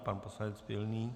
Pan poslanec Pilný?